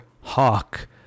Hawk